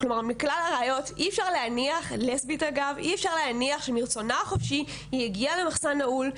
כלומר מכלל הראיות אי אפשר להניח שמרצונה החופשי היא הגיעה למחסן נעול.